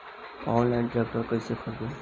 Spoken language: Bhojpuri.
आनलाइन ट्रैक्टर कैसे खरदी?